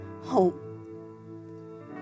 home